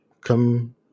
come